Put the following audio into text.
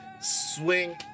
swing